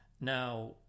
now